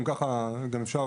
גם ככה אפשר,